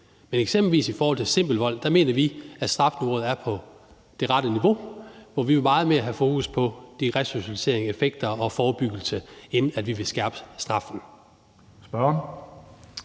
Men eksempelvis i forhold til simpel vold mener vi, at strafniveauet er det rette, og vi vil her meget mere have fokus på resocialiserende effekter og forebyggelse, end vi vil skærpe straffene.